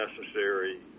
necessary